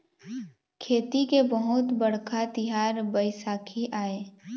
खेती के बहुत बड़का तिहार बइसाखी आय